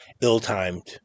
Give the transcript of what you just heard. ill-timed